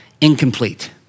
incomplete